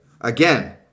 again